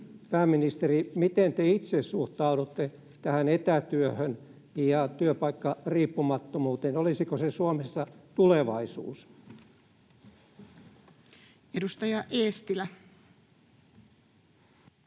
pääministeri, miten te itse suhtaudutte tähän etätyöhön ja työpaikkariippumattomuuteen? Olisiko se Suomessa tulevaisuus? [Speech